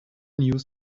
news